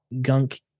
Gunk